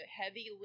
heavy